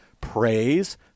praise